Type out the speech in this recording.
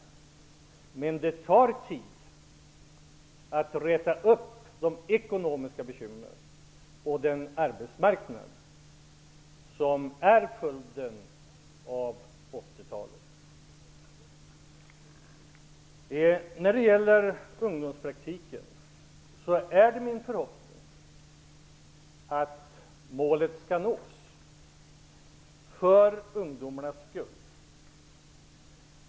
Men det tar tid att rätta till de ekonomiska bekymren och att lösa problemen på den arbetsmarknad som är följden av 80-talets politik. När det gäller ungdomspraktiken är min förhoppning att målet skall nås för ungdomarnas skull.